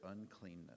uncleanness